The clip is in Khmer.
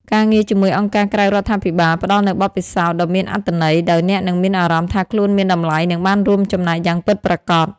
ការងារជាមួយអង្គការក្រៅរដ្ឋាភិបាល ផ្ដល់នូវបទពិសោធន៍ដ៏មានអត្ថន័យ ដោយអ្នកនឹងមានអារម្មណ៍ថាខ្លួនមានតម្លៃ និងបានរួមចំណែកយ៉ាងពិតប្រាកដ។